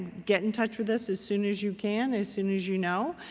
get in touch with us as soon as you can, as soon as you know.